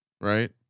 right